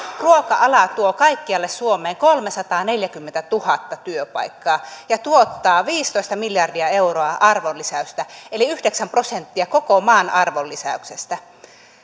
ruoka ala tuo kaikkialle suomeen kolmesataaneljäkymmentätuhatta työpaikkaa ja tuottaa viisitoista miljardia euroa arvonlisäystä eli yhdeksän prosenttia koko maan arvonlisäyksestä